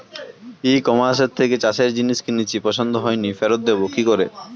ই কমার্সের থেকে চাষের জিনিস কিনেছি পছন্দ হয়নি ফেরত দেব কী করে?